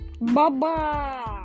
Bye-bye